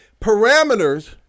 parameters